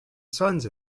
sons